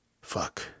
fuck